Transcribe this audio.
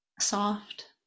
soft